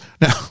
now